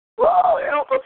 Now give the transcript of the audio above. Whoa